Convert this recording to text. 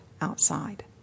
outside